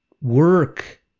work